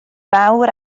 fawr